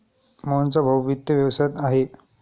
मोहनचा भाऊ वित्त व्यवसायात आहे